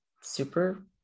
Super